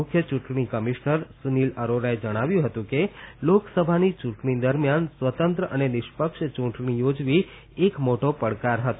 મુખ્ય ચૂંટણી કમિશનર સુનિલ અરોરાએ જણાવ્યું હતું કે લોકસભાની ચૂંટણી દરમિયાન સ્વતંત્ર અને નિષ્પક્ષ ચૂંટણી યોજવી એક મોટો પડકાર હતો